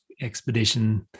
expedition